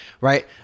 right